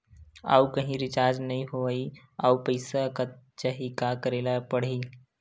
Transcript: आऊ कहीं रिचार्ज नई होइस आऊ पईसा कत जहीं का करेला पढाही?